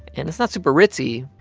and it's not super ritzy,